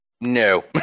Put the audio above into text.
No